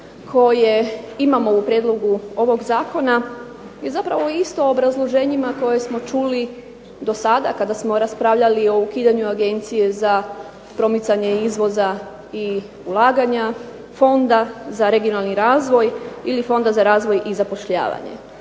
koje imamo u Prijedlogu ovog zakona je zapravo isto u obrazloženjima koje smo čuli do sada kada smo raspravljali o ukidanju Agencije za promicanje izvoza i ulaganja, Fonda za regionalni razvoj ili Fonda za razvoj i zapošljavanje.